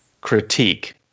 critique